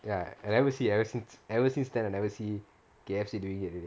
ya and I never see since ever since then I never see K_F_C doing it already